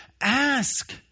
ask